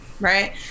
Right